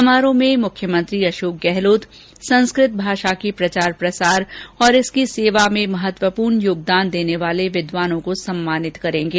समारोह भें मुख्यमंत्री अशोक ं गहलोत संस्कृत भाषा के प्रचार प्रसार और इसकी सेवा में महत्वपूर्ण योगदान देने वाले विद्वानों को सम्मानित करेंगे